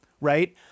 Right